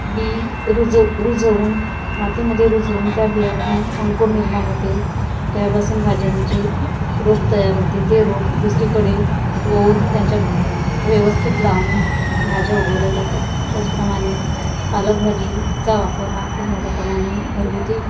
बी रुजव रुजवून मातीमध्ये रुजवून त्या बियामधून अंकूर निर्माण होते त्यापासून भाज्यांचे रोप तयार होते ते रोप दुसरीकडे रोवून त्यांच्या व्यवस्थित लावून भाज्या उगवल्या जातात त्याचप्रमाणे पालक भााजीचा वापर हा खूप मोठ्या प्रमाणे घरगुती